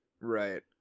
Right